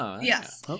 Yes